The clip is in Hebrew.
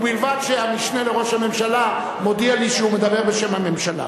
ובלבד שהמשנה לראש הממשלה מודיע לי שהוא מדבר בשם הממשלה,